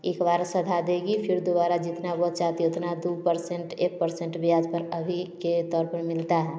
एक बार सधा देगी फिर दोबारा जितना वह चाहती है उतना दो पर्सेन्ट एक पर्सेन्ट ब्याज पर अभी के तौर पर मिलता है